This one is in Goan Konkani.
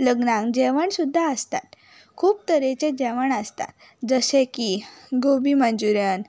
लग्नाक जेवण सुद्दां आसतात खूब तरेचें जेवण आसता जशें की गोबी मंचुऱ्यन